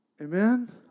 Amen